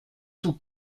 tout